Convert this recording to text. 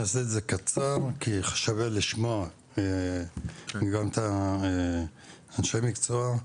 אני אעשה את זה קצר כי שווה לשמוע את אנשי המקצוע.